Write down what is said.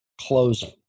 closing